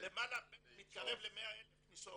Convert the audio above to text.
מתקרב ל-100,000 כניסות.